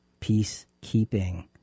Peacekeeping